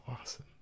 awesome